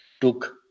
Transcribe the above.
took